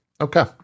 Okay